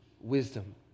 wisdom